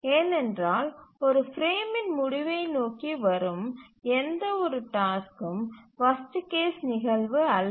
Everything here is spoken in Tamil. ஏனென்றால் ஒரு பிரேமின் முடிவை நோக்கி வரும் எந்த ஒரு டாஸ்க்கும் வர்ஸ்ட் கேஸ் நிகழ்வு அல்ல